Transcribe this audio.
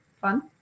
fun